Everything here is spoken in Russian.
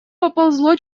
поползло